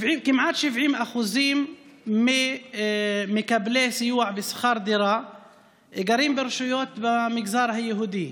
כמעט 70% ממקבלי סיוע בשכר דירה גרים ברשויות במגזר היהודי.